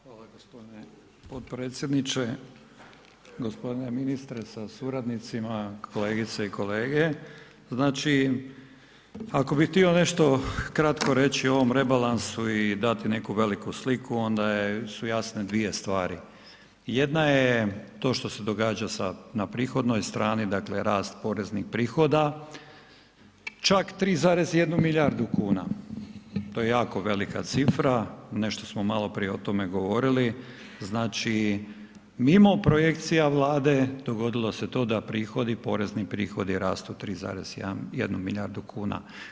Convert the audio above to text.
Hvala g. potpredsjedniče. g. Ministre sa suradnicima, kolegice i kolege, znači ako bih htio nešto kratko reći o ovom rebalansu i dati neku veliku sliku onda su jasne dvije stvari, jedna je to što se događa sa, na prihodnoj strani, dakle rast poreznih prihoda čak 3,1 milijardu kuna, to je jako velika cifra, nešto smo maloprije o tome govorili, znači mi imamo projekcija Vlade, dogodilo se to da prihodi, porezni prihodi rastu 3,1 milijardu kuna.